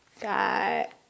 Got